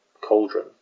cauldron